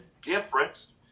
difference